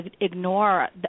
ignore